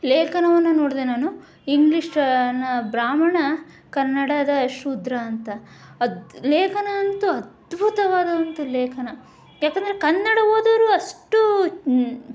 ಲೇಖನವನ್ನು ನೋಡಿದೆ ನಾನು ಇಂಗ್ಲೀಷನ ಬ್ರಾಹ್ಮಣ ಕನ್ನಡದ ಶೂದ್ರ ಅಂತ ಅದು ಲೇಖನ ಅಂತೂ ಅದ್ಬುತವಾದಂತು ಲೇಖನ ಯಾಕಂದರೆ ಕನ್ನಡ ಓದೋರು ಅಷ್ಟು